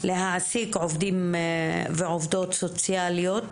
ולהעסיק עובדים ועובדות סוציאליות.